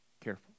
careful